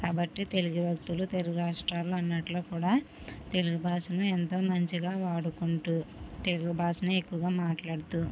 కాబట్టి తెలుగు వ్యక్తులు తెలుగు రాష్ట్రాల్లో అన్నిట్లో కూడా తెలుగు భాషని ఎంతో మంచిగా వాడుకుంటూ తెలుగు భాషను ఎక్కువగా మాట్లాడుతూ